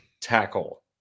tackle